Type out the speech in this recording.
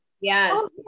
Yes